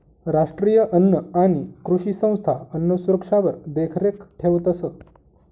राष्ट्रीय अन्न आणि कृषी संस्था अन्नसुरक्षावर देखरेख ठेवतंस